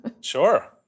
Sure